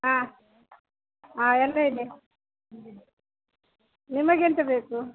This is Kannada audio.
ಹಾಂ ಆಂ ಎಲ್ಲ ಇದೆ ನಿಮಗೆ ಎಂತ ಬೇಕು